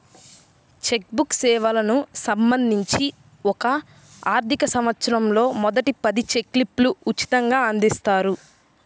check book సేవలకు సంబంధించి ఒక ఆర్థికసంవత్సరంలో మొదటి పది చెక్ లీఫ్లు ఉచితంగ అందిస్తారు